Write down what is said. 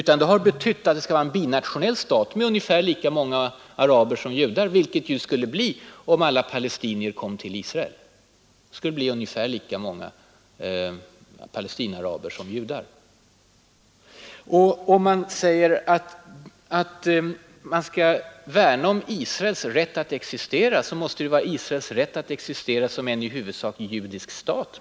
Termen har betytt att det skall vara en binationell stat med ungefär lika många Palestinaaraber som judar, vilket det ju skulle bli, om alla palestinier kom till Israel. Och säger man att vi skall värna om Israels rätt att existera måste det ju vara Israels rätt att existera som en i huvudsak judisk stat.